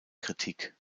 kritik